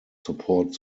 support